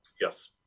Yes